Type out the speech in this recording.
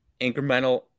incremental